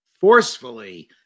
forcefully